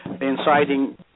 inciting